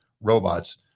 robots